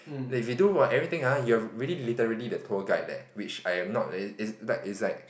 that if you do !wah! everything ah you are really literally the tour guide leh which I am not leh is like is like